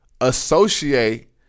Associate